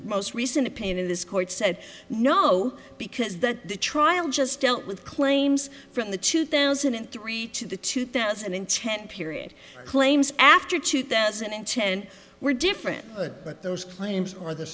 most recent opinion in this court said no because that trial just dealt with claims from the two thousand and three to the two thousand and ten period claims after two thousand and ten we're different but those claims are the